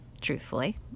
truthfully